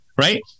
right